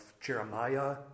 Jeremiah